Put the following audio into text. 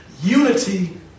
unity